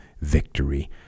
victory